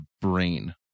brain